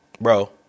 bro